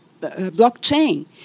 blockchain